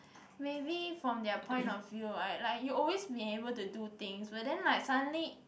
maybe from their point of view I like you always been able to do things but then like suddenly